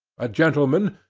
a gentleman,